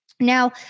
Now